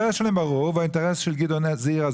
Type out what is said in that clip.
האינטרס שלהם ברור והאינטרס של גדעון זעירא